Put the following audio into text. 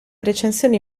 recensioni